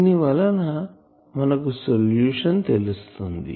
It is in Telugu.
దీని వలన మనకు సొల్యూషన్ తెలుస్తుంది